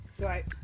Right